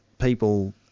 people